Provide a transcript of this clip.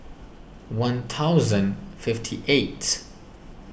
one thousand fifty eighth